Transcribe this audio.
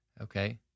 Okay